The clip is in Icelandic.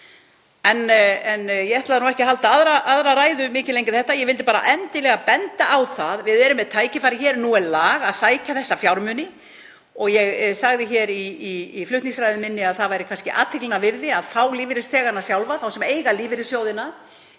En ég ætlaði ekki að halda aðra ræðu mikið lengri en þetta. Ég vildi bara endilega benda á að við erum með tækifæri hér. Nú er lag að sækja þessa fjármuni. Ég sagði í flutningsræðu minni að kannski væri athyglinnar virði að fá lífeyrisþegana sjálfa, þá sem eiga lífeyrissjóðina,